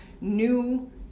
new